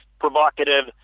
provocative